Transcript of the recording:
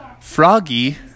Froggy